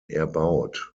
erbaut